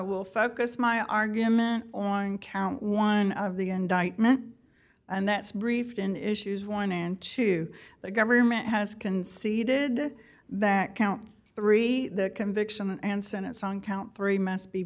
will focus my argument on count one of the indictment and that's brief in issues one and two the government has conceded that count three conviction and sentence on count three must be